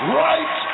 right